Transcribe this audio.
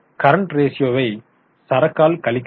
current ரேஷியோவை சரக்கால் கழிக்க வேண்டும்